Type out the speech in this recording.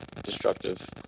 Destructive